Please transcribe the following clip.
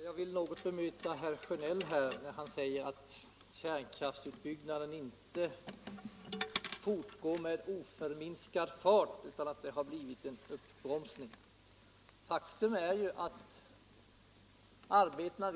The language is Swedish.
Herr talman! Jag vill något bemöta herr Sjönell när han säger att kärnkraftsutbyggnaden inte fortgår med oförminskad fart utan att det har blivit en uppbromsning. Faktum är ju att arbetena